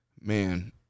man